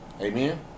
Amen